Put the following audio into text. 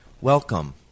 Welcome